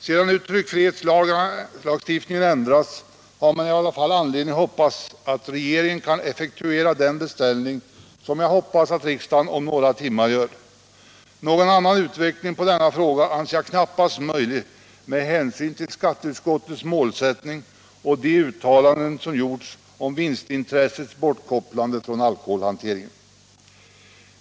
Sedan nu tryckfrihetslagstiftningen ändrats har man i alla fall anledning vänta att regeringen kan effektuera den beställning som jag hoppas att riksdagen gör om några timmar. Någon annan utveckling på denna fråga anser jag knappast möjlig med hänsyn till skatteutskottets målsättning och de uttalanden som gjorts om vinstintressets bortkopplande från alkoholhanteringen.